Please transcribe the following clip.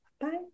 bye